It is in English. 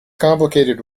complicated